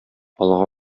алга